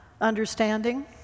understanding